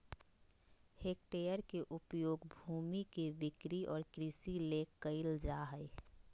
hectare के उपयोग भूमि के बिक्री और कृषि ले कइल जाय हइ